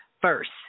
first